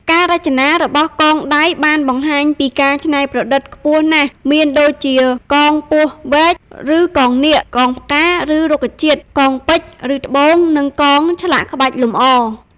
ការរចនារបស់កងដៃបានបង្ហាញពីការច្នៃប្រឌិតខ្ពស់ណាស់មានដូចជា កងពស់វែក ឬកងនាគ កងផ្កា ឬរុក្ខជាតិ កងពេជ្រ ឬត្បូង និងកងឆ្លាក់ក្បាច់លម្អ។